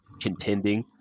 contending